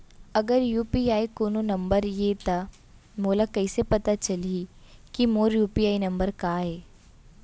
अगर यू.पी.आई कोनो नंबर ये त मोला कइसे पता चलही कि मोर यू.पी.आई नंबर का ये?